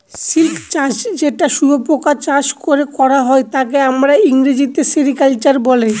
silk চাষ যেটা শুয়োপোকা চাষ করে করা হয় তাকে আমরা ইংরেজিতে সেরিকালচার বলে